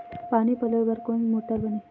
पानी पलोय बर कोन मोटर बने हे?